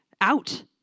out